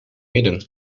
midden